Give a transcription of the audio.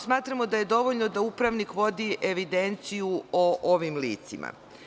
Smatramo da je dovoljno da upravnik vodi evidenciju o ovim licima.